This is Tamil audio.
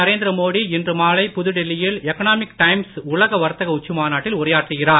நரேந்திர மோடி இன்று மாலை புதுடெல்லியில் எக்னாமிக் டைம்ஸ் உலக வர்த்தக உச்சி மாநாட்டில் உரையாற்றுகிறார்